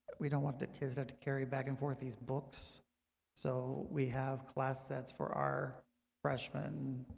we don't want the kids that to carry back and forth these books so we have class sets for our freshmen